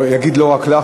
אז הוא יגיד לא רק לך,